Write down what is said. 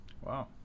Wow